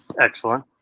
Excellent